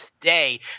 today